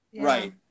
Right